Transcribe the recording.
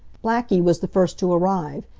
blackie was the first to arrive.